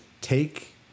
take